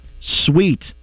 sweet